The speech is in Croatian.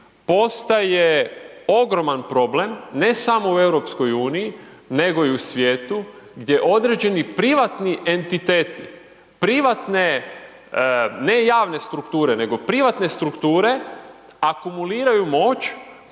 postaje ogroman problem ne samo u EU-u nego i svijetu gdje određeni privatni entiteti, privatne ne javne strukture nego privatne strukture, akumuliraju moć koja